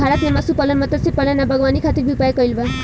भारत में पशुपालन, मत्स्यपालन आ बागवानी खातिर भी उपाय कइल बा